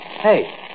Hey